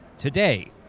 Today